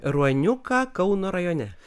ruoniuką kauno rajone